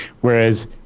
Whereas